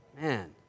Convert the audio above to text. Man